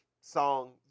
song